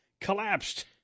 collapsed